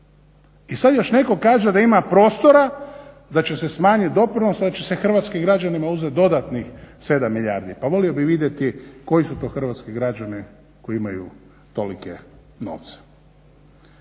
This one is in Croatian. I sada još netko kaže da ima prostora da će se smanjiti doprinos da će se hrvatskim građanima uzeti dodatnih 7 milijardi. Pa volio bih vidjeti koji su to hrvatski građani koji imaju tolike novce.